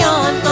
on